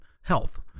health